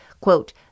quote